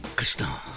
krishna,